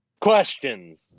Questions